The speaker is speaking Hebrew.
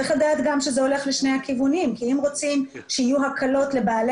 צריך גם לדעת שזה הולך לשני הכיוונים כי אם רוצים שיהיו הקלות לבעלי